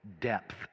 depth